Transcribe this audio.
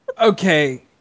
Okay